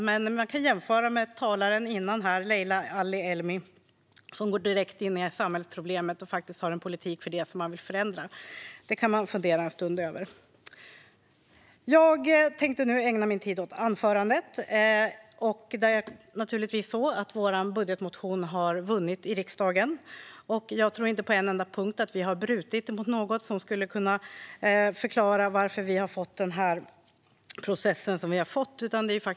Man kan jämföra med talaren före mig, Leila Ali-Elmi, som går direkt på samhällsproblemen och har en politik för det hon vill förändra. Detta kan man fundera över en stund. Nu vill jag ägna mig åt mitt eget anförande. Vår budgetmotion vann som sagt vid riksdagens votering. Jag tror inte att vi på en enda punkt har brutit mot något som skulle kunna förklara att vi har fått den process som föreligger.